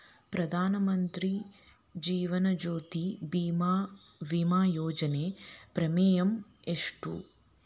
ಪ್ರಧಾನ ಮಂತ್ರಿ ಜೇವನ ಜ್ಯೋತಿ ಭೇಮಾ, ವಿಮಾ ಯೋಜನೆ ಪ್ರೇಮಿಯಂ ಎಷ್ಟ್ರಿ?